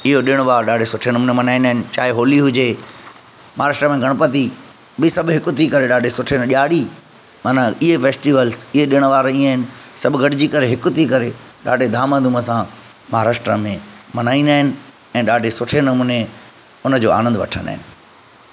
इहो ॾिणु वारु ॾाढे सुठे नमूने मनाईंदा आहिनि चाहे होली हुजे महाराष्ट्र में गणपति बि सभु हिकु थी करे ॾाढे सुठे ॾियारी माना इहे फेस्टीवल्स इहे ॾिणु वारु इएं आहिनि सभु गॾिजी करे हिकु थी करे ॾाढे धाम धूम सां महाराष्ट्र में मनाईंदा आहिनि ऐं ॾाढे सुठे नमूने उनजो आनंदु वठंदा आहिनि